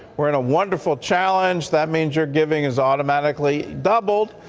we're in a wonderful challenge. that means your giving is automatically doubled,